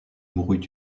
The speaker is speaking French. mourut